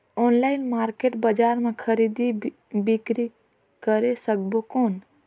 Online market बजार मां खरीदी बीकरी करे सकबो कौन?